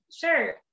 sure